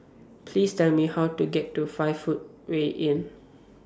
Please Tell Me How to get to five Footway Inn